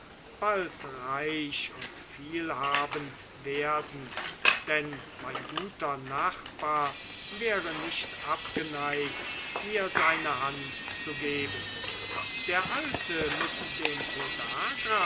bald reich und vielhabend werden denn mein guter nachbar wäre nicht abgeneigt mir seine hand zu geben der alte mit dem